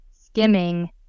skimming